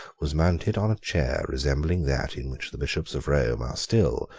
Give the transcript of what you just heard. was mounted on a chair resembling that in which the bishops of rome are still,